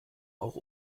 auch